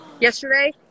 yesterday